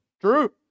True